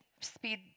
speed